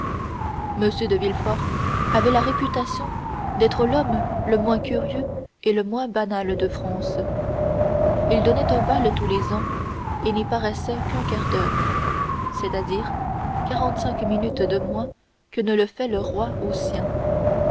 m de villefort avait la réputation d'être l'homme le moins curieux et le moins banal de france il donnait un bal tous les ans et n'y paraissait qu'un quart d'heure c'est-à-dire quarante-cinq minutes de moins que ne le fait le roi aux siens